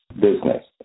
business